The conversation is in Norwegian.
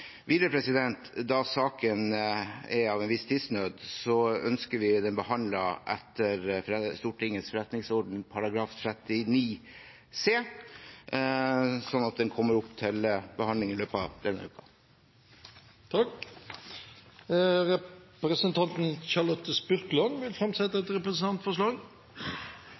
Videre, da saken er av en viss tidsnød, ønsker vi den behandlet etter Stortingets forretningsorden § 39 c, slik at den kommer opp til behandling i løpet av denne uken. Representanten Charlotte Spurkeland vil framsette et representantforslag.